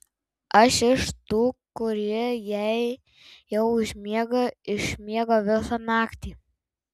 aš iš tų kurie jei jau užmiega išmiega visą naktį